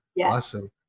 Awesome